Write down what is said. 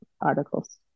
articles